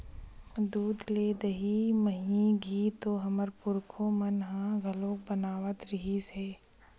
दूद ले दही, मही, घींव तो हमर पुरखा मन ह घलोक बनावत रिहिस हे